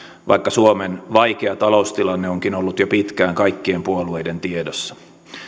vaikka suomen vaikea taloustilanne onkin ollut jo pitkään kaikkien puolueiden tiedossa